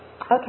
Okay